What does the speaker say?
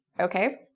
okay?